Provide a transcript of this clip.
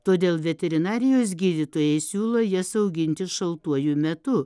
todėl veterinarijos gydytojai siūlo jas auginti šaltuoju metu